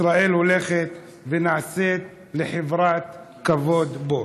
ישראל הולכת ונעשית לחברת כבוד בו.